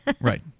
Right